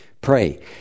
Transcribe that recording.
pray